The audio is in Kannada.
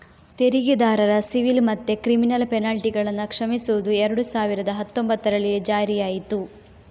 ತೆರಿಗೆದಾರರ ಸಿವಿಲ್ ಮತ್ತೆ ಕ್ರಿಮಿನಲ್ ಪೆನಲ್ಟಿಗಳನ್ನ ಕ್ಷಮಿಸುದು ಎರಡು ಸಾವಿರದ ಹತ್ತೊಂಭತ್ತರಲ್ಲಿ ಜಾರಿಯಾಯ್ತು